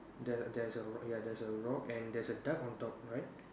the there's a ya there is a rock and there's a duck on top right